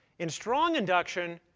in strong induction,